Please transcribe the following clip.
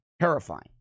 terrifying